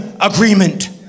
agreement